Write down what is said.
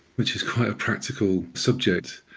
which is quite a practical subject,